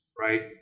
right